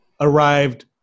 arrived